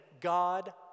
God